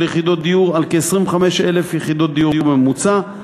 יחידות דיור על כ-25,000 יחידות דיור בממוצע,